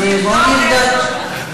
אז בוא ונבדוק.